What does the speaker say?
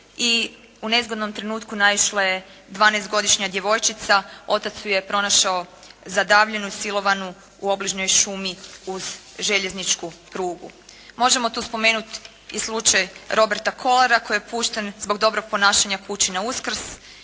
i u nezgodnom trenutku naišla je 12-godišnja djevojčica, otac ju je pronašao zadavljenu i silovanu u obližnjoj šumi uz željezničku prugu. Možemo tu spomenuti i slučaj Roberta Kolara koji je pušten zbog dobrog ponašanja kući na Uskrs